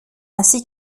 ainsi